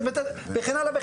וכן הלאה.